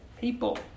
people